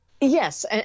Yes